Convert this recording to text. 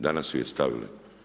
Danas su je stavili.